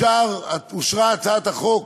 אושרה הצעת החוק